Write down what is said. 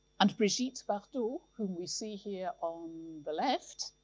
and brigitte bardot, who we see here on the left,